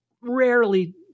rarely